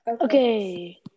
Okay